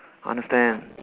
understand